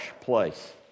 place